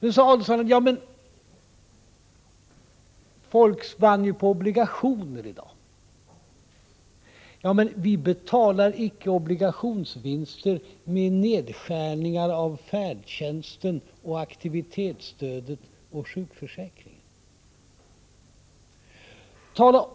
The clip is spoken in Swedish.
Ulf Adelsohn sade: Folk vann ju på obligationer i dag! Ja, men vi betalar inte obligationsvinsterna med nedskärningar av färdtjänsten, aktivitetsstödet och sjukförsäkringen.